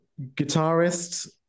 guitarist